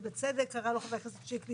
שבצדק קרא לו חבר הכנסת שיקלי